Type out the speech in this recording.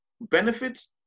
benefits